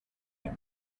him